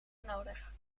nodig